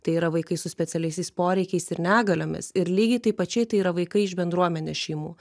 tai yra vaikai su specialiaisiais poreikiais ir negaliomis ir lygiai taip pačiai tai yra vaikai iš bendruomenės šeimų